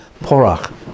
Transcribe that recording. Porach